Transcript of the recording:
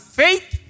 faith